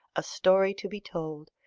a story to be told,